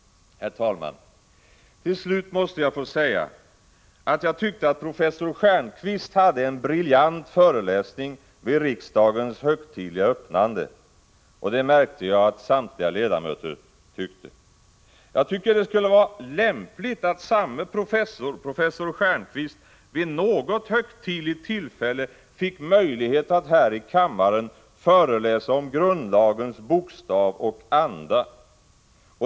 Herr talman! Till slut måste jag få säga att jag tyckte att professor Stjernquist hade en briljant föreläsning vid riksdagens högtidliga öppnande, och jag märkte att samtliga ledamöter tyckte det. Det skulle vara lämpligt att professor Stjernquist vid något högtidligt tillfälle fick möjlighet att här i kammaren föreläsa om grundlagens bokstav och anda.